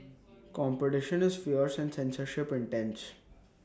competition is fierce and censorship intense